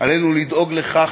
אינה פוחדת מדעות